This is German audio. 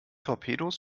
torpedos